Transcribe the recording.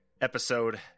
episode